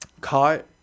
caught